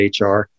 HR